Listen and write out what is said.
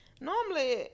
normally